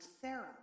Sarah